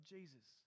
Jesus